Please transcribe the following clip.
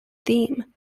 theme